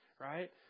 Right